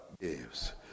gives